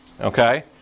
okay